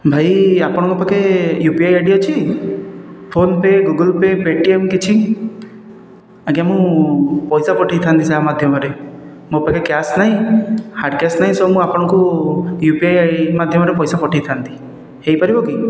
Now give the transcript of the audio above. ଭାଇ ଆପଣଙ୍କ ପାଖେ ୟୁପିଆଇ ଆଇଡି ଅଛି PhonePe Google Pay Paytm କିଛି ଆଜ୍ଞା ମୁଁ ପଇସା ପଠାଇଥାନ୍ତି ସେଆ ମାଧ୍ୟମରେ ମୋ ପାଖରେ କ୍ୟାଶ ନାହିଁ ହାର୍ଡ଼ କ୍ୟାଶ ନାହିଁ ସୋ ମୁଁ ଆପଣଙ୍କୁ ୟୁପିଆଇ ମାଧ୍ୟମରେ ପଇସା ପଠାଇ ଥାନ୍ତି ହୋଇପାରିବ କି